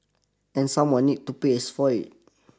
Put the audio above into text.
and someone need to paya for it